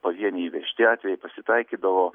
pavieniai įvežti atvejai pasitaikydavo